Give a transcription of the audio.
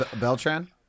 Beltran